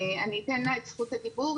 אני אתן לה את זכות הדיבור,